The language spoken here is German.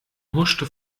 huschte